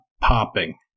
popping